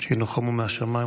שינוחמו מן השמיים,